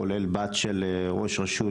כולל בת של ראש רשות,